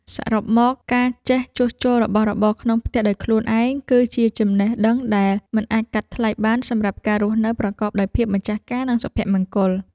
សរុបមក ការចេះជួសជុលរបស់របរក្នុងផ្ទះដោយខ្លួនឯង គឺជាចំណេះដឹងដែលមិនអាចកាត់ថ្លៃបានសម្រាប់ការរស់នៅប្រកបដោយភាពម្ចាស់ការ និងសុភមង្គល។